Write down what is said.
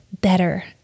better